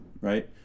right